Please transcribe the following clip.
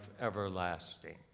everlasting